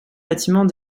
bâtiment